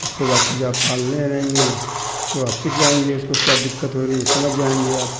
उसको बाकी जो आप पालने रहेंगे तो आप सीख जाएँगे उसको क्या दिक्कत हो रही ये समझ जाएँगे आप